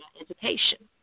education